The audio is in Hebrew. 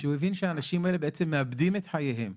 וכשהוא הבין שהאנשים האלה בעצם מאבדים את חייהם,